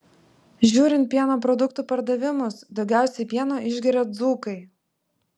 žiūrint pieno produktų pardavimus daugiausiai pieno išgeria dzūkai